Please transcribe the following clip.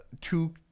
Two